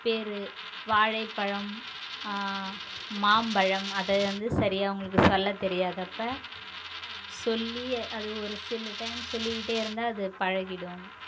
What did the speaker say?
பேரு வாழைப்பழம் மாம்பழம் அதை வந்து சரியா அவங்களுக்கு சொல்ல தெரியாதப்போ சொல்லி அது ஒரு சில டைம் சொல்லிக்கிட்டே இருந்தா அது பழகிவிடும்